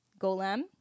Golem